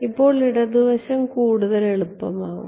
ഇപ്പോൾ ഇടതുവശം കൂടുതൽ എളുപ്പമാകും